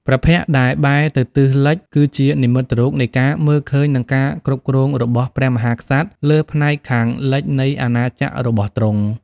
ព្រះភ័ក្ត្រដែលបែរទៅទិសលិច គឺជានិមិត្តរូបនៃការមើលឃើញនិងការគ្រប់គ្រងរបស់ព្រះមហាក្សត្រលើផ្នែកខាងលិចនៃអាណាចក្ររបស់ទ្រង់។